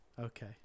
Okay